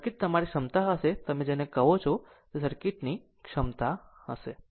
આમ સર્કિટ તમારી ક્ષમતા હશે જેને તમે કહો છો કે તમારી સર્કિટ ની ક્ષમતા હશે